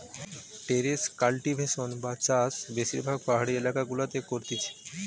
terrace cultivation বা চাষ বেশিরভাগ পাহাড়ি এলাকা গুলাতে করতিছে